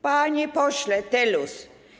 Panie Pośle Telus!